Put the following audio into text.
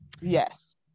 yes